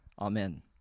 Amen